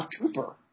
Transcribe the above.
Cooper